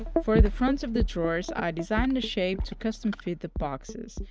for the fronts of the drawers, i designed a shape to custom fit the boxes.